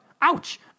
Ouch